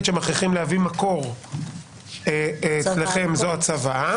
שאתם מכריחים להביא מקור שלו זה הצוואה,